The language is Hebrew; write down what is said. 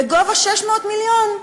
בגובה 600 מיליון.